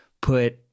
put